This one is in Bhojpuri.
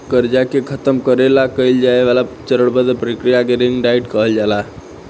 कर्जा के खतम करे ला कइल जाए वाला चरणबद्ध प्रक्रिया के रिंग डाइट कहल जाला